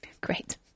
Great